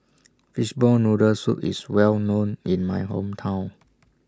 Fishball Noodle Soup IS Well known in My Hometown